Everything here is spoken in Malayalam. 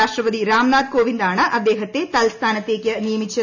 രാഷ്ട്രപതി റാം നാഥ് കോവിന്ദ് ആണ് അദേഹത്തെ തൽസ്ഥാനത്തേക്കു നിയമിച്ചത്